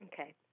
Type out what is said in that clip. Okay